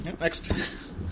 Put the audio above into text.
Next